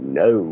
no